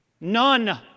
None